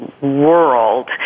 world